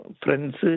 friends